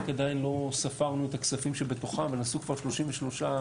עדיין לא ספרנו את הכספים שבתוכם ונעשו פעילויות כבר ב-33,